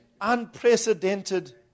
unprecedented